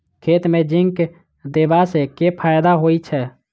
खेत मे जिंक देबा सँ केँ फायदा होइ छैय?